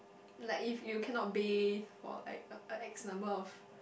like if you cannot bath or like X number of